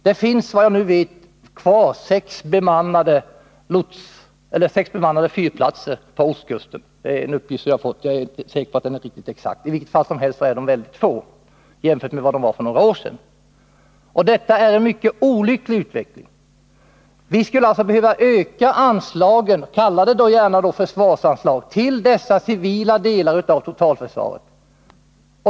Det finns kvar sex bemannade fyrplatser på ostkusten, enligt en uppgift som jag har fått — jag är inte säker på att siffran är exakt. Det finns alltså mycket få bemannade fyrplatser i dag jämfört med för några år sedan. Det är en mycket olycklig utveckling. Vi skulle alltså behöva öka anslagen — kalla det gärna försvarsanslag — till dessa civila delar av totalförsvaret.